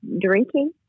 drinking